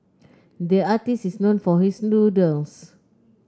the artist is known for his doodles